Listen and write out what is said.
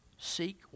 seek